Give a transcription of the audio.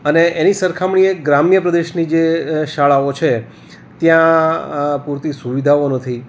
અને એની સરખામણીએ ગ્રામ્ય પ્રદેશની જે શાળાઓ છે ત્યાં આ પૂરતી સુવિધાઓ નથી